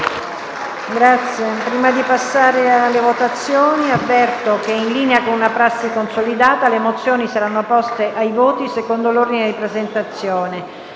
Prima di passare alla votazione, avverto che, in linea con una prassi consolidata, le mozioni saranno poste ai voti secondo l'ordine di presentazione.